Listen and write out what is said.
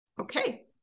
Okay